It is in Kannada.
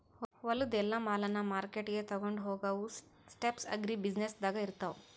ಹೊಲದು ಎಲ್ಲಾ ಮಾಲನ್ನ ಮಾರ್ಕೆಟ್ಗ್ ತೊಗೊಂಡು ಹೋಗಾವು ಸ್ಟೆಪ್ಸ್ ಅಗ್ರಿ ಬ್ಯುಸಿನೆಸ್ದಾಗ್ ಇರ್ತಾವ